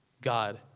God